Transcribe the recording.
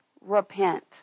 repent